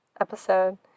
episode